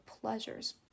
pleasures